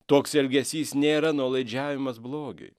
toks elgesys nėra nuolaidžiavimas blogiui